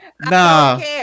Nah